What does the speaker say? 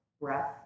breath